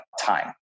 time